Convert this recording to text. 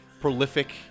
prolific